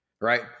right